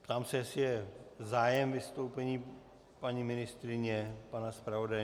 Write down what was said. Ptám se, jestli je zájem o vystoupení paní ministryně, pana zpravodaje?